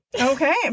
Okay